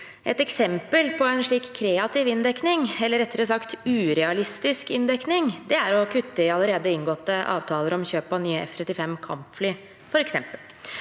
Et eksempel på en slik kreativ inndekning, eller rettere sagt urealistisk inndekning, er å kutte i f.eks. allerede inngåtte avtaler om kjøp av nye F-35-kampfly. Hvis